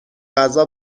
غذا